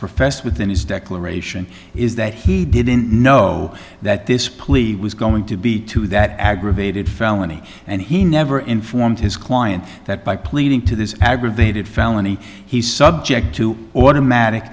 professed within his declaration is that he didn't know that this plea was going to be to that aggravated felony and he never informed his client that by pleading to this aggravated felony he subject to automatic